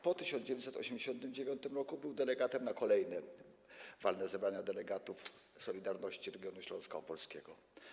Po 1989 r. był delegatem na kolejne walne zebrania delegatów „Solidarności” regionu Śląska Opolskiego.